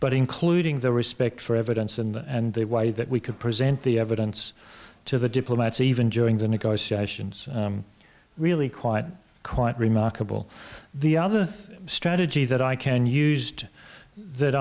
but including the respect for evidence and they why that we could present the evidence to the diplomats even during the negotiations really quite quite remarkable the other strategy that i can used that